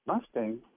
Mustang